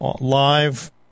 live